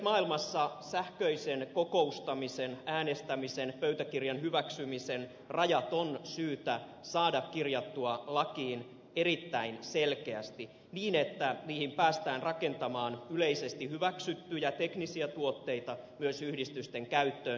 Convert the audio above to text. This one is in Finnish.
internetmaailmassa sähköisen kokoustamisen äänestämisen pöytäkirjan hyväksymisen rajat on syytä saada kirjattua lakiin erittäin selkeästi niin että niihin päästään rakentamaan yleisesti hyväksyttyjä teknisiä tuotteita myös yhdistysten käyttöön